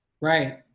right